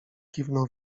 kiwnął